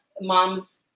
moms